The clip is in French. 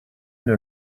une